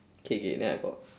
okay okay then I got